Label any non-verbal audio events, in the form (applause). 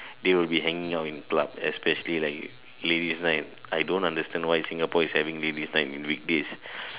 they will be hanging out in club especially like ladies' night I don't understand why Singapore is having ladies' night in weekdays (breath)